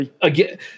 again